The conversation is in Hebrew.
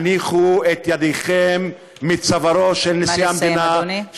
הניחו את ידיכם מצווארו של נשיא המדינה,